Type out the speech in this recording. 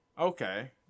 Okay